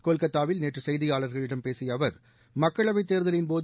கொல்கத்தாவில் நேற்று செய்தியாளர்களிடம் பேசிய அவர் மக்களவைத் தேர்தலின்போது